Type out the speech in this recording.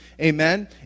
amen